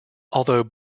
although